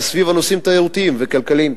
זה נושאים תיירותיים וכלכליים.